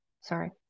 Sorry